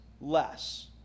less